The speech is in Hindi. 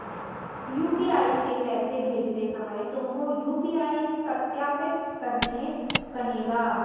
यू.पी.आई से पैसे भेजते समय तुमको यू.पी.आई सत्यापित करने कहेगा